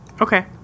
Okay